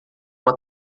uma